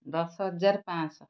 ଦଶ ହଜାର ପାଞ୍ଚଶହ